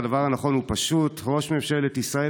והדבר הנכון הוא פשוט: ראש ממשלת ישראל,